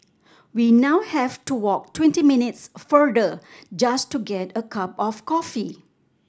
we now have to walk twenty minutes further just to get a cup of coffee